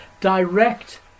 direct